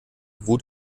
wut